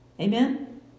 Amen